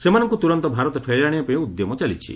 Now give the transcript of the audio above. ସେମାନଙ୍କୁ ତୁରନ୍ତ ଭାରତ ଫେରାଇ ଆଣିବାପାଇଁ ଉଦ୍ୟମ ଚାଲିଛି